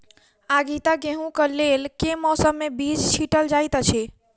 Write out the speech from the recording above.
आगिता गेंहूँ कऽ लेल केँ मौसम मे बीज छिटल जाइत अछि?